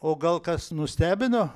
o gal kas nustebino